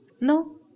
No